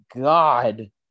god